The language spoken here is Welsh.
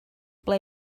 ble